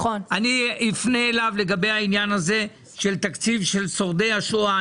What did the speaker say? אני אפנה אליו לגבי העניין הזה של תקציב שורדי השואה,